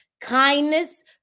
kindness